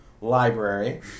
Library